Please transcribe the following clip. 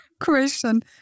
question